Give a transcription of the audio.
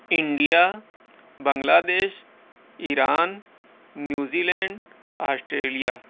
India Bangladesh Iran New Zealand Australia